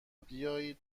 بیایید